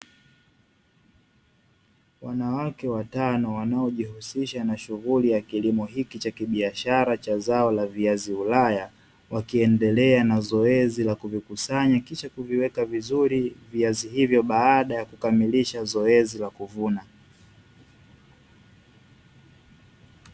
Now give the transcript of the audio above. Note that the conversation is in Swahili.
Wanawake watano wanaojihusisha na shughuli ya kilimo hiki cha kibiashara cha zao la viazi ulaya, wakiendelea na zoezi la kuvikusanya kisha kuviweka vizuri viazi hivyo baada ya kukamilisha zoezi la kuvuna.